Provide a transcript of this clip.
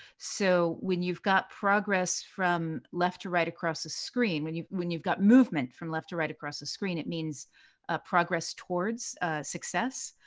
so when you've got progress from left to right across the screen, when you've when you've got movement from left to right across the screen, it means progress towards success.